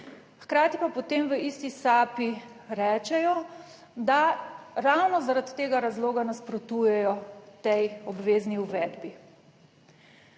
Hkrati pa potem v isti sapi rečejo, da ravno zaradi tega razloga nasprotujejo tej obvezni uvedbi.